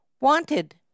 Wanted